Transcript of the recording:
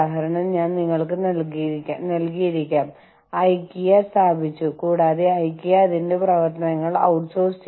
പക്ഷേ ഞങ്ങൾ Campa cola Campa orange Campa നാരങ്ങ മുതലായവയാണ് ഉപയോഗിച്ചിരുന്നത്